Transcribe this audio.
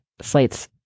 Slate's